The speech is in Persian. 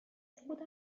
خودم